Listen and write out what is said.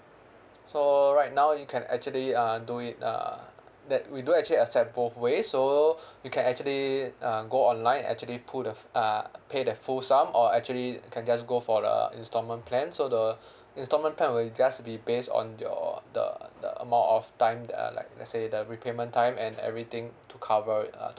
so right now you can actually uh do it uh that we do actually accept both ways so you can actually uh go online actually put a uh pay the full sum or actually can just go for the installment plan so the installment plan will just be based on your the the amount of time that are like let say the repayment time and everything to cover it uh